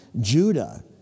Judah